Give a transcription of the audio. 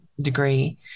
degree